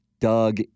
Doug